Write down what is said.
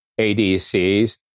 ADCs